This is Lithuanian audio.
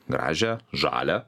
gražią žalią